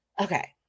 Okay